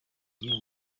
gihugu